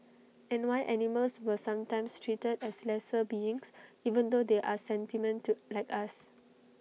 and why animals were sometimes treated as lesser beings even though they are like us